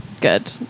Good